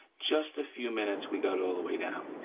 just a few minutes, we got all the way down.